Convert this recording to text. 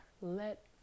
let